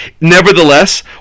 nevertheless